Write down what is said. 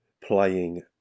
playing